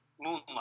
moonlight